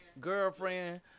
girlfriend